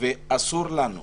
אסור לנו,